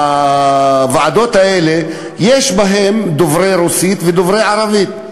מהוועדות האלה, יש בהן דוברי רוסית ודוברי ערבית.